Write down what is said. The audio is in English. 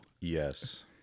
Yes